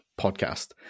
Podcast